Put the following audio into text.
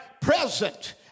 present